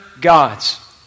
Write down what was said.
gods